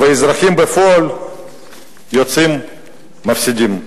והאזרחים בפועל יוצאים מפסידים.